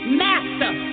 master